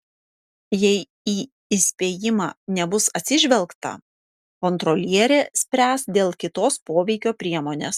jei į įspėjimą nebus atsižvelgta kontrolierė spręs dėl kitos poveikio priemonės